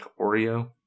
oreo